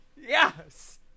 Yes